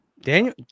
daniel